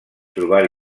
trobar